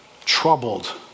troubled